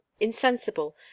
insensible